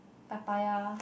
papaya